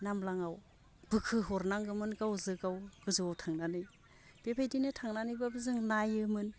नामब्लाङाव बोखो हरनांगोमोन गावजो गाव गोजौआव थांनानै बेबायदिनो थांनानैब्लाबो जोङो नायोमोन